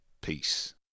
peace